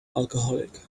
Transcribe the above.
alcoholic